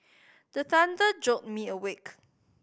the thunder jolt me awake